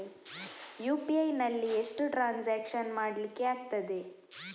UPI ನಲ್ಲಿ ಎಷ್ಟು transaction ಮಾಡ್ಲಿಕ್ಕೆ ಆಗ್ತದೆ?